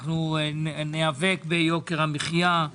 ניאבק ביוקר המחיה.